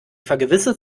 vergewissert